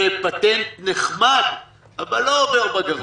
זה פטנט נחמד, אבל לא עובר בגרון.